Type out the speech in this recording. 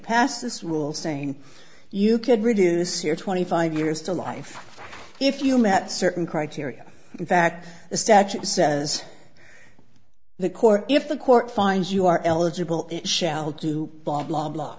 passed this rule saying you could reduce your twenty five years to life if you met certain criteria in fact the statute says the court if the court finds you are eligible shall do blah blah blah